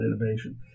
Innovation